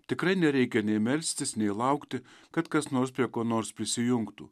tikrai nereikia nei melstis nei laukti kad kas nors prie ko nors prisijungtų